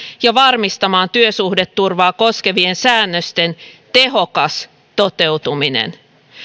ja varmistamaan työsuhdeturvaa koskevien säännösten tehokas toteutuminen